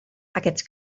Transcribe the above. aquests